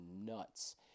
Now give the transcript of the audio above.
nuts